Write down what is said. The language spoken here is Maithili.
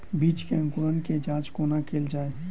बीज केँ अंकुरण केँ जाँच कोना केल जाइ?